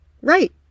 Right